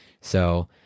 So-